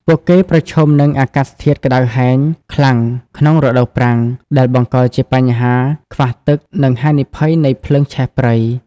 ពួកគេប្រឈមនឹង អាកាសធាតុក្ដៅហែងខ្លាំង ក្នុងរដូវប្រាំង ដែលបង្កជាបញ្ហាខ្វះទឹក និងហានិភ័យនៃភ្លើងឆេះព្រៃ។